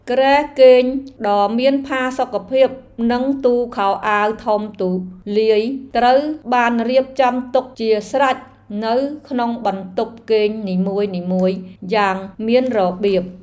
គ្រែគេងដ៏មានផាសុកភាពនិងទូខោអាវធំទូលាយត្រូវបានរៀបចំទុកជាស្រេចនៅក្នុងបន្ទប់គេងនីមួយៗយ៉ាងមានរបៀប។